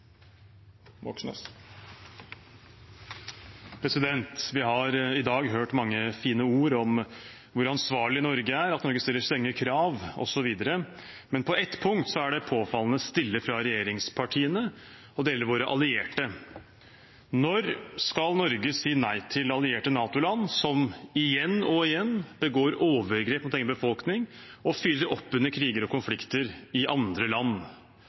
Vi har i dag hørt mange fine ord om hvor ansvarlig Norge er, at Norge stiller strenge krav, osv. Men på ett punkt er det påfallende stille fra regjeringspartiene, og det gjelder våre allierte. Når skal Norge si nei til allierte NATO-land som igjen og igjen begår overgrep mot egen befolkning og fyrer opp under kriger og konflikter i andre land?